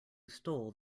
stole